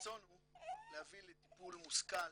הרצון הוא להביא לטיפול מושכל,